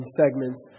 segments